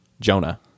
Jonah